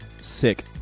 Sick